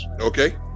Okay